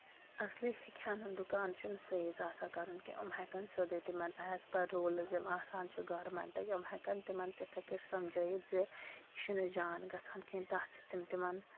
اَصلی ہیٚکہِ ہا نہٕ دُکان چھُ سیٖز آسان کَرُن کیٚنٛہہ یِم ہٮ۪کَن سیوٚدُے تِمَن ایز پٔر روٗلٕز یِم آسان چھِ گورمٮ۪نٛٹٕکۍ یِم ہٮ۪کَن تِمَن تِتھَے کٲٹھۍ سَمجھٲیِتھ زِ یہِ چھُنہٕ جان گژھان کِہیٖنۍ تَتھ چھِ تِم تِمَن